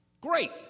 great